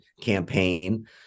campaign